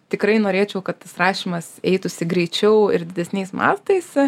tikrai norėčiau kad tas rašymas eitųsi greičiau ir didesniais mastais